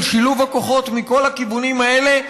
בשילוב הכוחות מכל הכיוונים האלה,